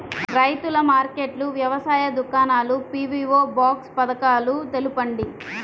రైతుల మార్కెట్లు, వ్యవసాయ దుకాణాలు, పీ.వీ.ఓ బాక్స్ పథకాలు తెలుపండి?